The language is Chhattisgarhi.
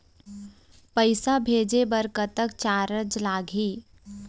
पैसा भेजे बर कतक चार्ज लगही?